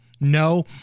No